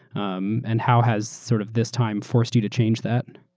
um and how has sort of this time forced you to change that?